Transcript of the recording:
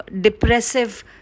depressive